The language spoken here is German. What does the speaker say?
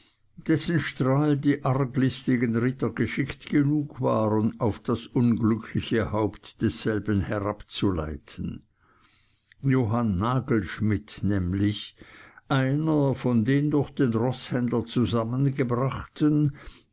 dessen strahl die arglistigen ritter geschickt genug waren auf das unglückliche haupt desselben herabzuleiten johann nagelschmidt nämlich einer von den durch den roßhändler zusammengebrachten